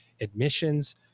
admissions